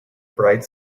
bright